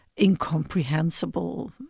incomprehensible